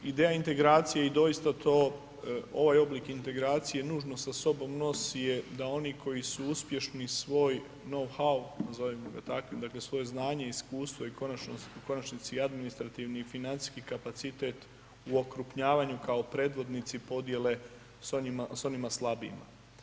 Ideja integracije i doista to ovaj oblik integracije nužno sa sobom nosi je da oni koji su uspješni svoj no how nazovimo ga takvim, dakle svoje znanje i iskustvo i u konačnici i administrativni i financijski kapacitet u okrupnjavanju kao predvodnici podijele sa onima slabijima.